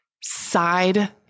side